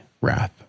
wrath